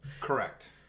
correct